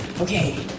okay